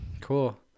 cool